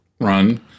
run